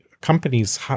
Companies